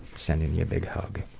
sending you a big hug.